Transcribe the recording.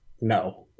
no